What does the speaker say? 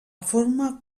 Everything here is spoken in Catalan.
forma